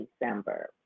December